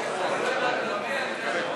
להסיר מסדר-היום את הצעת חוק חינוך ממלכתי (תיקון,